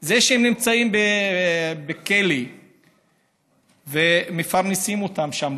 זה שהם נמצאים בכלא ומפרנסים אותם שם,